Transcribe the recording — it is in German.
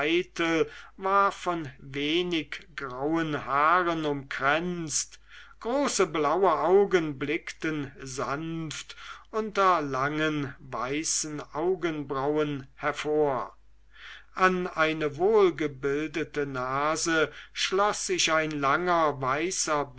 war von wenig grauen haaren umkränzt große blaue augen blickten sanft unter langen weißen augenbrauen hervor an eine wohlgebildete nase schloß sich ein langer weißer